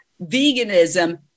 veganism